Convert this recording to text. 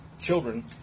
children